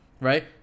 right